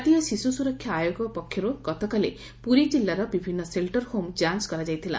କାତୀୟ ଶିଶୁ ସୁରକ୍ଷା ଆୟୋଗ ପକ୍ଷରୁ ଗତକାଲି ପୁରୀ ଜିଲ୍ଲାର ବିଭିନ୍ ସେଲ୍ଟର୍ ହୋମ୍ ଯାଞ୍ କରାଯାଇଥିଲା